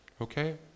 Okay